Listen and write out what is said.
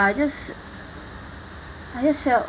I just I just felt